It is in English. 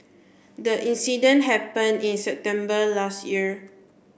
the incident happen in September last year